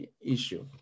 issue